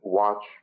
watch